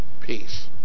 peace